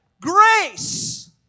grace